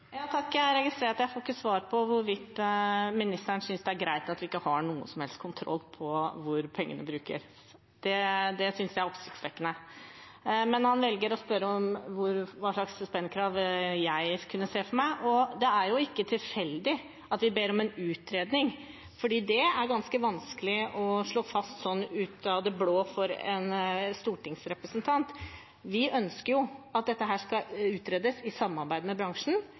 Jeg registrerer at jeg ikke får svar på hvorvidt ministeren synes det er greit at vi ikke har noen som helst kontroll på hvor pengene brukes. Det synes jeg er oppsiktsvekkende. Han velger å spørre hva slags spendkrav jeg kunne se for meg. Det er ikke tilfeldig at vi ber om en utredning, for det er ganske vanskelig sånn ut av det blå å slå fast for en stortingsrepresentant. Vi ønsker at dette skal utredes i samarbeid med bransjen